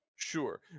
sure